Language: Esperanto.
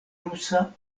rusa